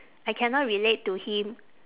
I cannot relate to him